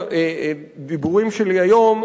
בדיבורים שלי היום,